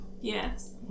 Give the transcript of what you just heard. Yes